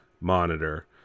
monitor